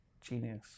Genius